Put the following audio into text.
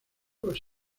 los